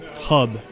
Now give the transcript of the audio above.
hub